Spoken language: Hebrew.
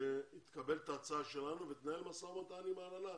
שהיא תקבל את ההצעה שלנו ותנהל משא ומתן עם ההנהלה.